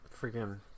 freaking